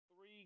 three